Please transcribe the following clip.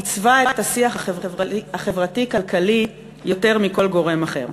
עיצבה את השיח החברתי-כלכלי יותר מכל גורם אחר.